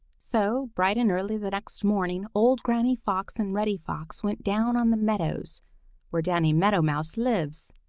so, bright and early the next morning, old granny fox and reddy fox went down on the meadows where danny meadow mouse lives.